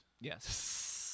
Yes